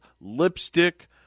lipstick